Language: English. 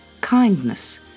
Kindness